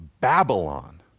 Babylon